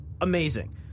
Amazing